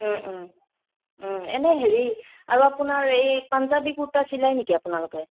এনে হেৰি আৰু আপোনাৰ এই পাঞ্জাৱী কুৰ্টা চিলাই নেকি আপোনালোকে